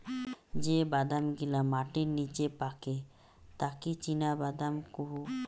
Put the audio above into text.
যে বাদাম গিলা মাটির নিচে পাকে তাকি চীনাবাদাম কুহু